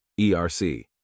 ERC